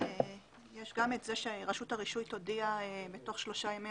יש גם את זה שרשות הרישוי תודיע בתוך שלושה ימי